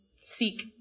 Seek